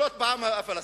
לשלוט בעם הפלסטיני,